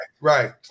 right